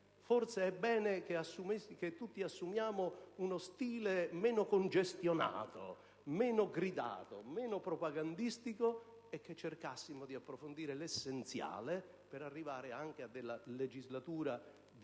forse un bene che tutti noi assumessimo uno stile meno congestionato, meno gridato, meno propagandistico, cercando di approfondire l'essenziale per arrivare a una legislazione di